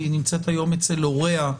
היא נמצאת היום אצל הוריה,